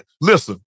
Listen